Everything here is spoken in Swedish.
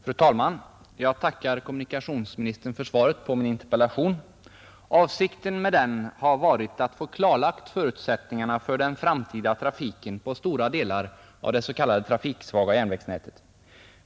Fru talman! Jag tackar kommunikationsministern för svaret på min interpellation. Avsikten med den har varit att få klarlagt förutsättningarna för den framtida trafiken på stora delar av det så kallade trafiksvaga järnvägsnätet.